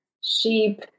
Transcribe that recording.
sheep